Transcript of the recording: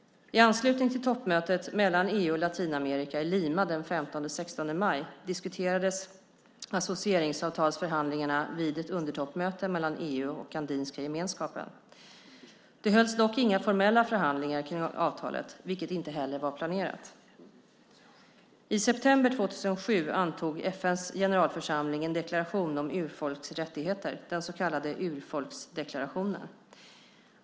I anslutning till toppmötet mellan EU och Latinamerika i Lima den 15-16 maj diskuterades associeringsavtalsförhandlingarna vid ett undertoppmöte mellan EU och Andiska gemenskapen. Det hölls dock inga formella förhandlingar kring avtalet, vilket heller inte var planerat. I september 2007 antog FN:s generalförsamling en deklaration om urfolks rättigheter, den så kallade urfolksdeklarationen.